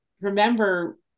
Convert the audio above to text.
remember